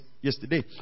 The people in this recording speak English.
yesterday